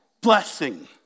Blessing